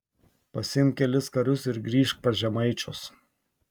pasiimk kelis karius ir grįžk pas žemaičius